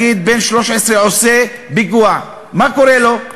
נגיד, בן 13 עושה פיגוע, מה קורה לו?